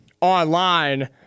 online